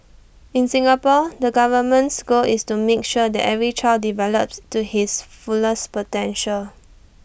in Singapore the government's goal is to make sure that every child develops to his fullest potential